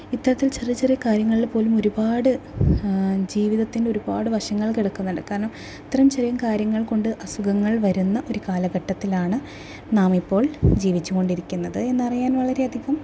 ഇത്തരത്തിൽ ചെറിയ ചെറിയ കാര്യങ്ങളിൽ പോലും ഒരുപാട് ജീവിതത്തിലെ ഒരുപാട് വശങ്ങൾ കിടക്കുന്നുണ്ട് കാരണം ഇത്രയും ചെറിയ കാര്യങ്ങൾ കൊണ്ട് അസുഖങ്ങൾ വരുന്ന ഒരു കാലഘട്ടത്തിലാണ് നാമിപ്പോൾ ജീവിച്ച് കൊണ്ടിരിക്കുന്നത് എന്നറിയാൻ വളരേ അധികം